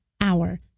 hour